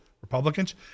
Republicans